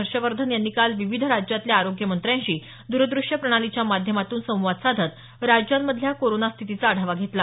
हर्षवर्धन यांनी काल विविध राज्यातील आरोग्यमंत्र्यांशी द्रदूश्य प्रणालीच्या माध्यमातून संवाद साधत राज्यांमधल्या कोरोना स्थितीचा आढावा घेतला